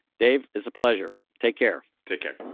dave, it's a pleasure. take care take care